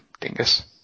Dingus